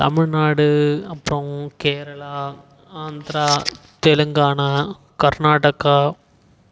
தமிழ்நாடு அப்புறம் கேரளா ஆந்திரா தெலுங்கானா கர்நாடகா